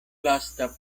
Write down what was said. lasta